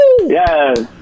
Yes